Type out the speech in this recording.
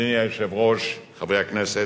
אדוני היושב-ראש, חברי הכנסת,